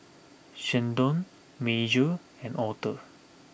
Sheldon Major and Author